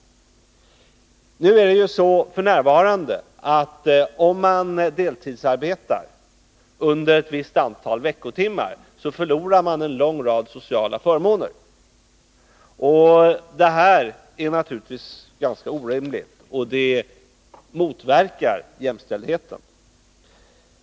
F. n. är det ju så, att om man deltidsarbetar under ett visst antal veckotimmar, förlorar man en lång rad sociala förmåner. Det här är naturligtvis ganska orimligt, och det motverkar jämställdheten.